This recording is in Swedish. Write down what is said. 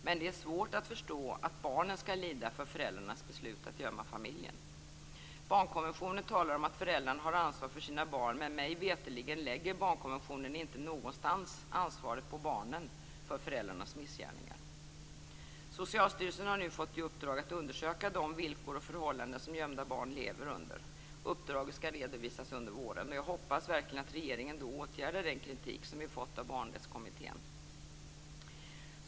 Men det är svårt att förstå att barnen skall lida för föräldrarnas beslut att gömma familjen. Barnkonventionen talar om att föräldrarna har ansvar för sina barn men mig veterligt läggs inte någonstans i barnkonventionen ansvaret för föräldrarns missgärningar på barnen. Socialstyrelsen har nu fått i uppdrag att undersöka de villkor och förhållanden som gömda barn lever under. Uppdraget skall redovisas under våren. Jag hoppas verkligen att regeringen då åtgärdar den kritik som vi fått av Barnrättskommittén.